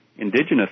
indigenous